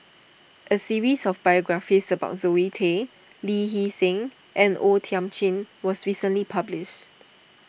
a series of biographies about Zoe Tay Lee Hee Seng and O Thiam Chin was recently published